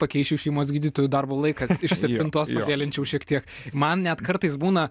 pakeisčiau šeimos gydytojų darbo laikas iš septintos pavėlinčiau šiek tiek man net kartais būna